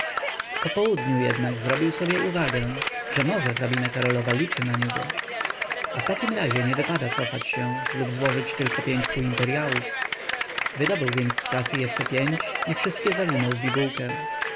po południu jednak zrobił sobie uwagę że może hrabina karolowa liczy na niego a w takim razie nie wypada cofać się lub złożyć tylko pięć półimperyałów wydobył więc z kasy jeszcze pięć i wszystkie zawinął w bibułkę